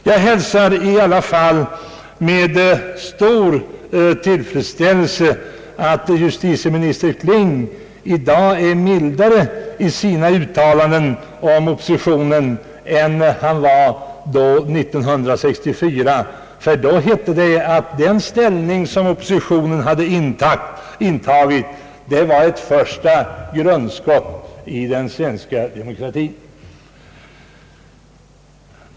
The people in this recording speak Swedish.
Jag hälsar med stor tillfredsställelse att justitieminister Kling i dag är mildare i sina uttalanden om oppositionen än han var 1964, ty då hette det att den ställning som oppositionen hade intagit var ett första grundskott mot den svenska demokratin.